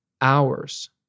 hours